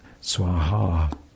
Swaha